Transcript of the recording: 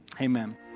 amen